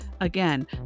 again